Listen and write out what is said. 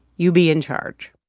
you be in charge.